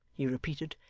he repeated,